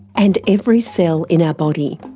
and every cell in our body.